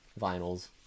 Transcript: vinyls